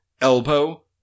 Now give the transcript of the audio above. elbow